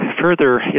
further